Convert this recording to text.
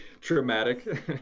Traumatic